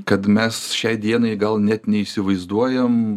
kad mes šiai dienai gal net neįsivaizduojam